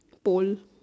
pole